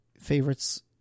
favorites